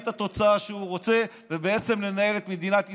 את התוצאה שהוא רוצה ובעצם לנהל את מדינת ישראל,